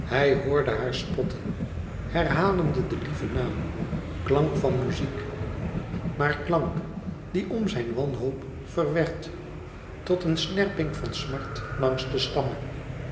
hij hoorde haar spotten herhalende den lieven naam klank van muziek maar klank die om zijn wanhoop verwerd tot een snerping van smart langs de stammen